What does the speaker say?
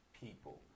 people